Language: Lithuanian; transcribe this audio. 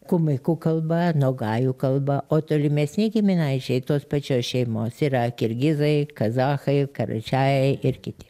kumaiku kalba nogajų kalba o tolimesni giminaičiai tos pačios šeimos yra kirgizai kazachai karačiajai ir kiti